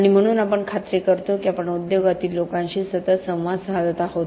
आणि म्हणून आपण खात्री करतो की आपण उद्योगातील लोकांशी सतत संवाद साधत आहोत